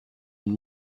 une